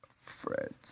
friends